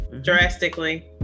drastically